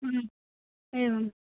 एवम्